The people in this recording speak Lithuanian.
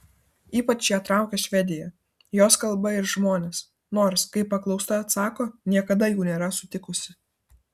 ypač ją traukia švedija jos kalba ir žmonės nors kaip paklausta atsako niekada jų nėra sutikusi